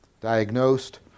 diagnosed